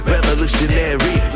Revolutionary